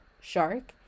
shark